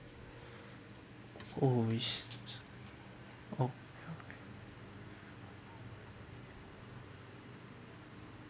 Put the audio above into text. oh oh